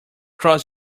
cross